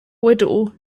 widow